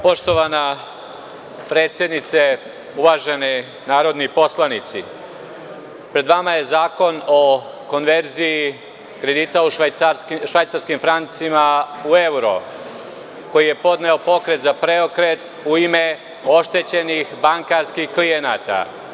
Poštovana predsednice, uvaženi narodni poslanici, pred vama je zakon o konverziji kredita u Švajcarskim francima u evro, koji je podneo Pokret za preokret u ime oštećenih bankarskih klijenata.